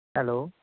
hello